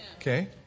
Okay